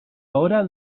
hora